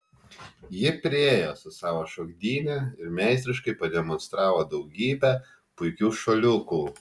ji priėjo su savo šokdyne ir meistriškai pademonstravo daugybę puikių šuoliukų